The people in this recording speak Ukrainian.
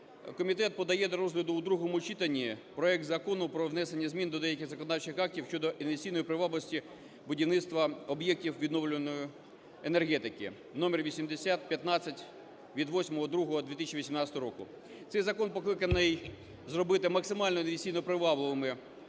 Комітет подає до розгляду у другому читанні проект Закону про внесення змін до деяких законодавчих актів (щодо інвестиційної привабливості будівництва об'єктів відновлювальної енергетики) (№ 8015 від 08.02.2018 року). Цей закон покликаний зробити максимально інвестиційно привабливими